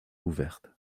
ouverte